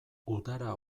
udara